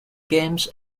games